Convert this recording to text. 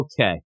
okay